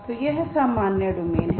तो यह सामान्य डोमेन है